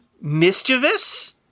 mischievous